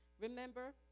Remember